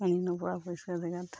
পানী নপৰা পৰিষ্কাৰ জেগাত